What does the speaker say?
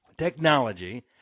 Technology